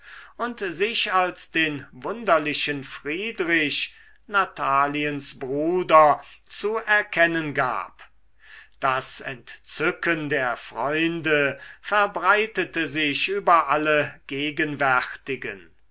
und sich als den wunderlichen friedrich nataliens bruder zu erkennen gab das entzücken der freunde verbreitete sich über alle gegenwärtigen